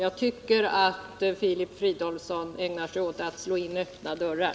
Jag tycker att Filip Fridolfsson ägnar sig åt att slå in öppna dörrar.